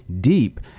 deep